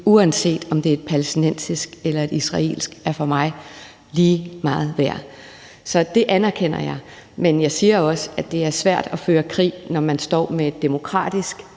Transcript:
uanset om det er et palæstinensisk eller et israelsk, er for mig lige meget værd. Så det anerkender jeg. Men jeg siger også, at det er svært at føre krig, når man står med et demokratisk